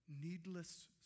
Needless